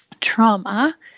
trauma